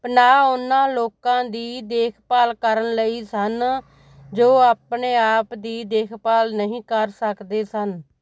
ਪਨਾਹ ਉਨ੍ਹਾਂ ਲੋਕਾਂ ਦੀ ਦੇਖਭਾਲ ਕਰਨ ਲਈ ਸਨ ਜੋ ਆਪਣੇ ਆਪ ਦੀ ਦੇਖਭਾਲ ਨਹੀਂ ਕਰ ਸਕਦੇ ਸਨ